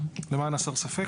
למען הסר ספק,